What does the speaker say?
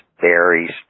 berries